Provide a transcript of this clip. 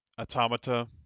Automata